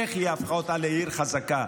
איך היא הפכה אותה לעיר חזקה.